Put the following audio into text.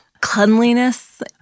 cleanliness